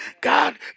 God